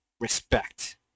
respect